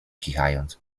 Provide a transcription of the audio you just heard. kichając